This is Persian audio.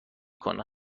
کنه